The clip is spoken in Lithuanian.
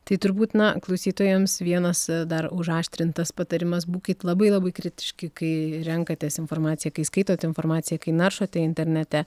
tai turbūt na klausytojams vienas dar užaštrintas patarimas būkit labai labai kritiški kai renkatės informaciją kai skaitot informaciją kai naršote internete